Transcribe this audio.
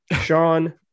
Sean